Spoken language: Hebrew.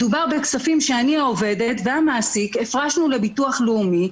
מדובר בכספים שאני העובדת והמעסיק הפרשנו לביטוח לאומי,